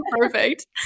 Perfect